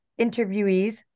interviewees